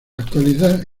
actualidad